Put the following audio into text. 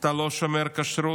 אתה לא שומר כשרות?